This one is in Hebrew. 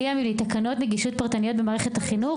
תקנות נגישות פרטנית במערכת החינוך.